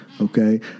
Okay